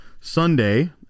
Sunday